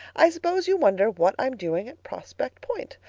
i suppose you wonder what i'm doing at prospect point.